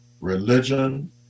religion